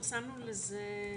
נצטרך לבדוק.